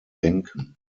denken